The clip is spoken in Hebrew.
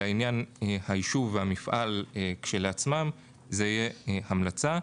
לעניין היישוב והמפעל כשלעצמם זה יהיה המלצה.